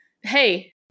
hey